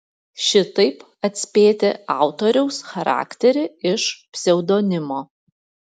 šitaip atspėti autoriaus charakterį iš pseudonimo